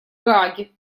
гааге